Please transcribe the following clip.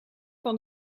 van